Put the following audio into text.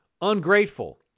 ungrateful